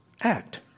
act